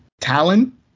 Talon